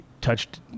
touched